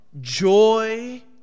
joy